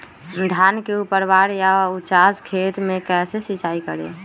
धान के ऊपरवार या उचास खेत मे कैसे सिंचाई करें?